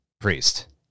priest